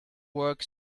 work